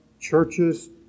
churches